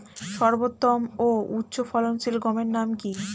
সর্বোত্তম ও উচ্চ ফলনশীল গমের নাম কি?